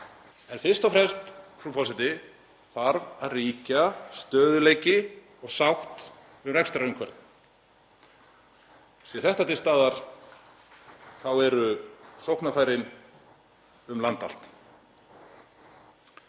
En fyrst og fremst, frú forseti, þarf að ríkja stöðugleiki og sátt við rekstrarumhverfið. Sé þetta til staðar eru sóknarfærin um land allt.